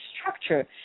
structure